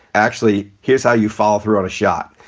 actually. here's how you follow through on a shot.